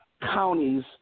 counties